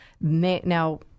now